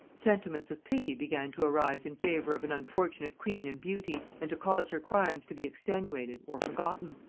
sentiments of pity began to arise in favor of an unfortunate queen and beauty, and to cause her crimes to be extenuated or forgotten.